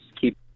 Keep